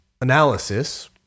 analysis